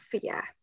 fear